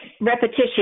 repetition